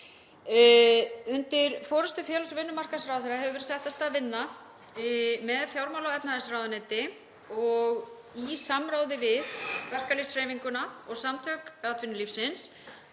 Undir forystu félags- og vinnumarkaðsráðherra hefur verið sett af stað vinna með fjármála- og efnahagsráðuneyti og í samráði við verkalýðshreyfinguna og Samtök atvinnulífsins